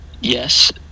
yes